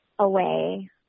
away